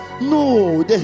no